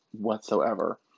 whatsoever